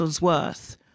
worth